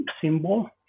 symbol